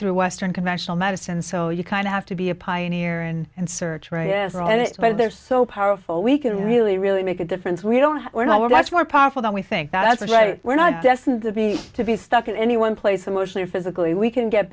through western conventional medicine so you kind of have to be a pioneer in and search right and it's why they're so powerful we can really really make a difference we don't we're not well that's more powerful than we think that's right we're not destined to be stuck in any one place emotionally or physically we can get